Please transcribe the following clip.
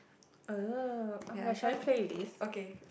oh okay shall we play with this